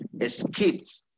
escaped